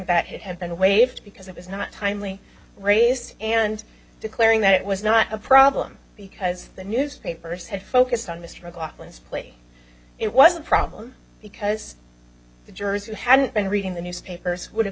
that it had been waived because it was not timely raised and declaring that it was not a problem because the newspapers had focused on mr mclaughlin splay it was a problem because the jurors who had been reading the newspapers would have